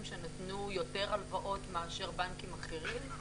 שנתנו יותר הלוואות מאשר בנקים אחרים?